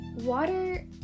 water